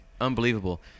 unbelievable